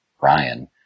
Ryan